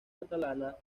catalana